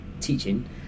teaching